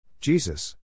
Jesus